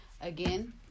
again